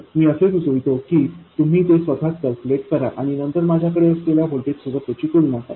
मी असे सुचवितो की तुम्ही ते स्वतःच कॅल्क्युलेट करा आणि नंतर माझ्याकडे असलेल्या व्होल्टेज सोबत त्याची तुलना करा